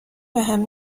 بهم